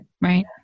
Right